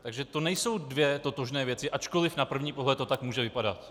Takže to nejsou dvě totožné věci, ačkoliv na první pohled to tak může vypadat.